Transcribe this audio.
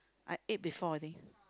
I ate before I think